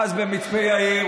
חבל.